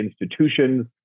institutions